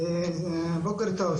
בוקר טוב.